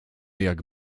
jak